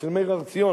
אצל מאיר הר-ציון,